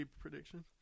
prediction